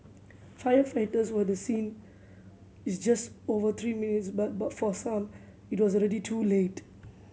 firefighters were the scene is just over three minutes but but for some it was already too late